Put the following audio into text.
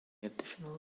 additional